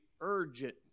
urgent